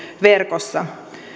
verkossa